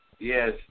Yes